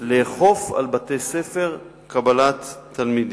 לאכוף על בתי-ספר קבלת תלמידים,